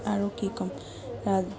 আৰু কি ক'ম ৰা